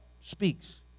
speaks